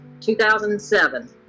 2007